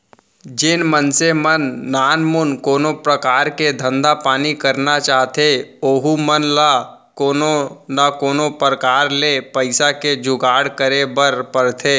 जेन मनसे मन नानमुन कोनो परकार के धंधा पानी करना चाहथें ओहू मन ल कोनो न कोनो प्रकार ले पइसा के जुगाड़ करे बर परथे